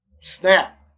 snap